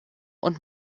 und